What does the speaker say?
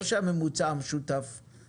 לא שהממוצע המשותף הוא זול.